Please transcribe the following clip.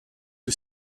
que